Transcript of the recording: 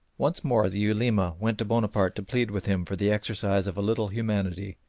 once more the ulema went to bonaparte to plead with him for the exercise of a little humanity,